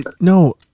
No